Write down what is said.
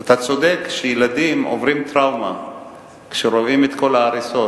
אתה צודק שילדים עוברים טראומה כשרואים את כל ההריסות,